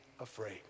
afraid